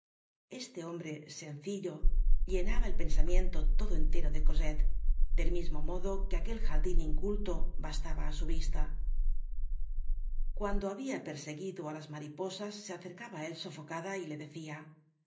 este hombre sencillo llenaba el pensamiento todo entero de cosette del mismo modo que aquel jardin inculto bastaba á su vista cuando habia perseguido á las mariposas se acercaba á él sofocada y le decia